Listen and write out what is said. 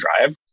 drive